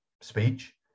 speech